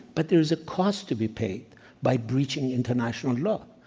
but there is a cost to be paid by breaching international law.